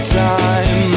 time